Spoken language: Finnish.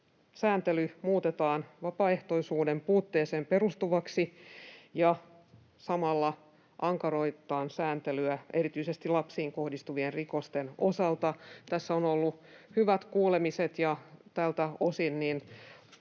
sääntely muutetaan vapaaehtoisuuden puutteeseen perustuvaksi, ja samalla ankaroitetaan sääntelyä erityisesti lapsiin kohdistuvien rikosten osalta. Tässä on ollut hyvät kuulemiset, ja tältä osin